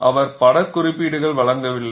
அவர் பட குறீப்பீடுகள் வழங்கவில்லை